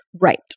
Right